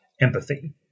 empathy